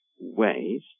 ways